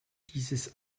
dieses